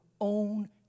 own